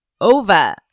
over